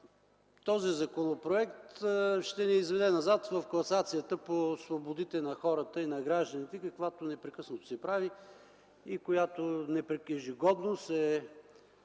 Този законопроект ще ни изведе назад в класацията по свободите на хората и на гражданите, каквато непрекъснато се прави и която ежегодно се